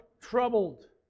troubled